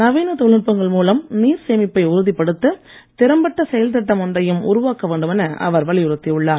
நவீன தொழில்நுட்பங்கள் மூலம் நீர் சேமிப்பை உறுதிப்படுத்த திறம்பட்ட செயல் திட்டம் ஒன்றையும் உருவாக்க வேண்டுமென அவர் வலியுறுத்தியுள்ளார்